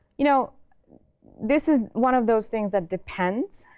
you know this is one of those things that depends.